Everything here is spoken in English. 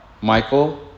Michael